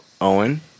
Owen